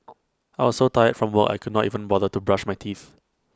I was so tired from work I could not even bother to brush my teeth